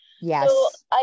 Yes